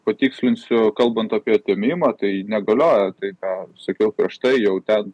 patikslinsiu kalbant apie atėmimą tai negalioja tai ką sakiau prieš tai jau ten